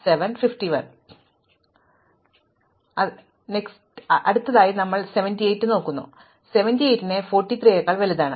അതിനാൽ 78 നെ 43 നെക്കാൾ വലുതാണ്